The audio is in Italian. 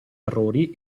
errori